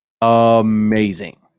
amazing